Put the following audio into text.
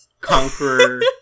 Conqueror